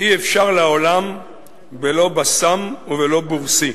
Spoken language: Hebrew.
"אי-אפשר לעולם בלא בסם ובלא בורסי.